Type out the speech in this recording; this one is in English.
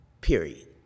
period